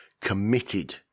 committed